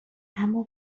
اما